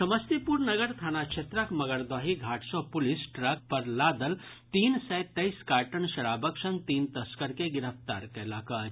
समस्तीपुर नगर थाना क्षेत्रक मगरदही घाट सँ पुलिस ट्रक पर लादल तीन सय तेईस कार्टन शराबक संग तीन तस्कर के गिरफ्तार कयलक अछि